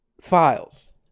files